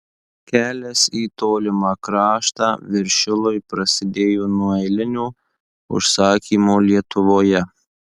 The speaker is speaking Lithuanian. kelias į tolimą kraštą viršilui prasidėjo nuo eilinio užsakymo lietuvoje